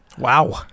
Wow